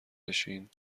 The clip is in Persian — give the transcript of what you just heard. بشین